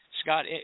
Scott